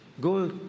go